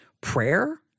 prayer